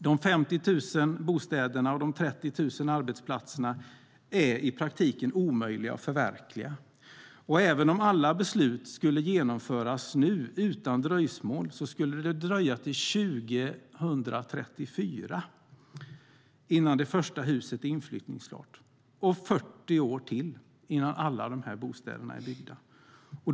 De 50 000 bostäderna och de 30 000 arbetsplatserna är i praktiken omöjliga att förverkliga, och även om alla beslut skulle genomföras nu, utan dröjsmål, skulle det dröja till 2034 innan det första huset är inflyttningsklart och 40 år till innan alla bostäder är byggda.